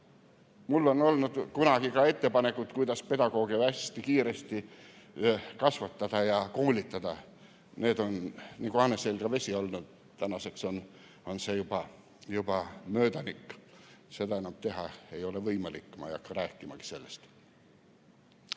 Mul olid kunagi ka ettepanekud, kuidas pedagooge hästi kiiresti kasvatada ja koolitada. Need on nagu hane selga vesi olnud. Tänaseks on see juba möödanik. Seda enam teha ei ole võimalik, ma ei hakka sellest